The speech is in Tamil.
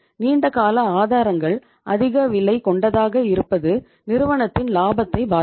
நீண்ட கால ஆதாரங்கள் அதிக விலை கொண்டதாக இருப்பது நிறுவனத்தின் லாபத்தை பாதிக்கும்